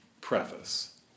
preface